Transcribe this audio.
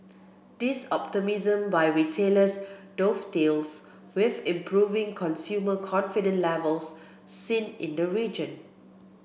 this optimism by retailers dovetails with improving consumer confidence levels seen in the region